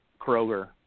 Kroger